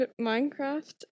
Minecraft